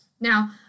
Now